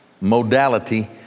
modality